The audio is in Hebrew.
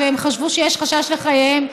והם חשבו שיש חשש לחייהם,